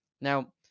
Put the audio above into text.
Now